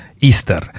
Easter